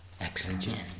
Excellent